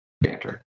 Banter